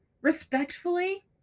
respectfully